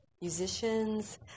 musicians